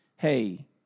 Hey